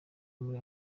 muri